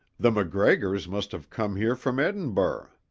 the macgregors must have come here from edinburgh.